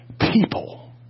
people